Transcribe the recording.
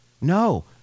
No